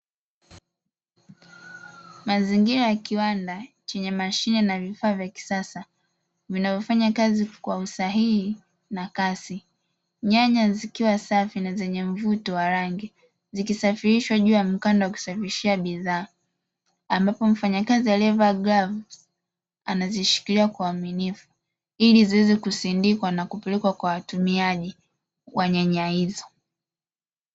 Mazingira ya kiwanda chenye mashine na vifaa vya kisasa vinavyofanya kazi kwa usahihi na kasi, nyanya zikiwa safi na zenye mvuto wa rangi zikisafirishwa juu ya mkanda wa kusafirishia bidhaa. Ambapo mfanyakazi aliyevaa galvu anazishikilia kwa uaminifu ili ziweze kusindikwa na kupelekwa kwa watumiaji wa nyanya hizo.